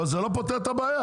אבל זה לא פותר את הבעיה,